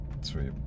Sweet